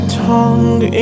tongue